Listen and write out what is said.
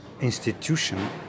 institution